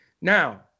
Now